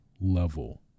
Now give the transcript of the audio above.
level